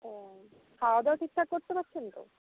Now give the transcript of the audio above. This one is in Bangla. ও খাওয়া দাওয়া ঠিকঠাক করতে পারছেন তো